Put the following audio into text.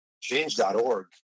change.org